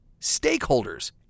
stakeholders